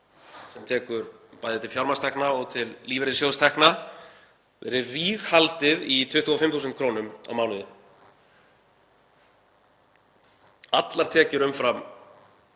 sem tekur bæði til fjármagnstekna og lífeyrissjóðstekna verið ríghaldið í 25.000 kr. á mánuði. Allar tekjur umfram